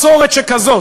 מסורת שכזאת,